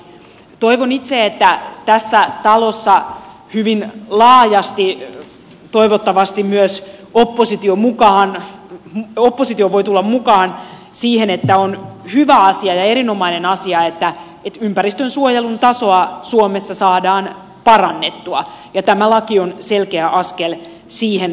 toivon itse että tässä talossa hyvin laajasti toivottavasti myös oppositio voi tulla mukaan siihen että on hyvä asia ja erinomainen asia että ympäristönsuojelun tasoa suomessa saadaan parannettua ja tämä laki on selkeä askel siihen suuntaan